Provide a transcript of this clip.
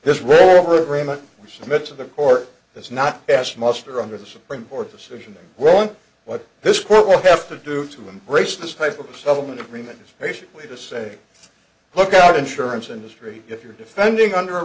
summit of the court has not passed muster under the supreme court's decision well what this court will have to do to embrace this type of settlement agreement is basically to say look our insurance industry if you're defending under a